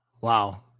wow